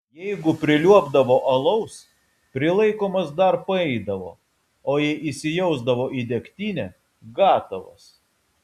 jeigu priliuobdavo alaus prilaikomas dar paeidavo o jei įsijausdavo į degtinę gatavas